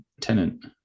Tenant